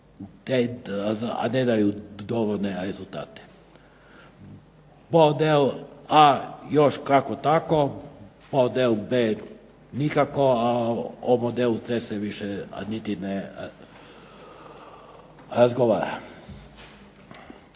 ne daju dovoljne rezultate. Model A još kako tako, model B nikako, a o modelu C se više niti ne razgovara.